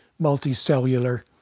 multicellular